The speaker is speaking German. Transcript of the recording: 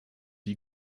die